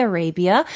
Arabia